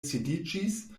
sidiĝis